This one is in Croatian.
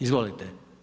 Izvolite.